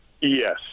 Yes